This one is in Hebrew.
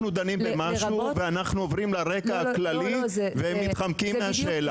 אנחנו דנים במשהו ואנחנו עוברים לרקע הכללי ומתחמקים מהשאלה.